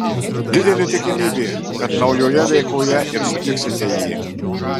didelė tikimybė kad naujoje veikoje ir sutiksite jį